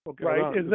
Right